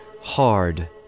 hard